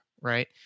right